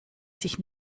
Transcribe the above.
sich